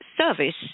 Service